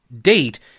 date